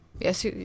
Yes